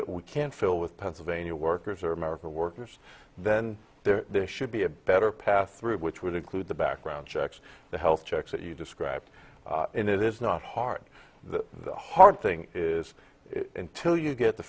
that we can't fill with pennsylvania workers or american workers then there should be a better path through which would include the background checks the health checks that you described in it is not hard the hard thing is till you get the